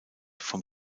vom